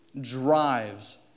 drives